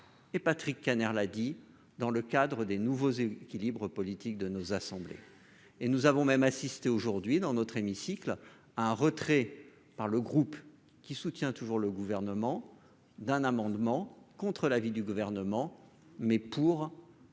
et Patrick Kanner, l'a dit, dans le cadre des nouveaux équilibres politiques de nos assemblées et nous avons même assisté aujourd'hui dans notre hémicycle à un retrait par le groupe, qui soutient toujours le gouvernement d'un amendement contre l'avis du gouvernement, mais pour